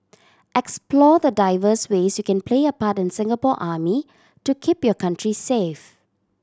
explore the diverse ways you can play a part in the Singapore Army to keep your country safe